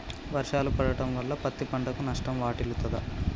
వర్షాలు పడటం వల్ల పత్తి పంటకు నష్టం వాటిల్లుతదా?